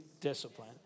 discipline